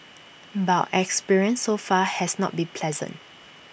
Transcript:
but experience so far has not been pleasant